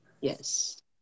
Yes